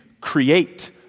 create